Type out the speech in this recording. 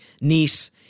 niece